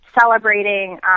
celebrating